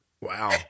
Wow